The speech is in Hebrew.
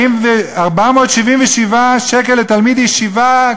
477 שקל לתלמיד ישיבה,